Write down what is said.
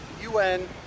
UN